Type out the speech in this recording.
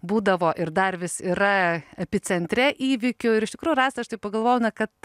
būdavo ir dar vis yra epicentre įvykių ir iš tikrųjų rasa aš taip pagalvojau na kad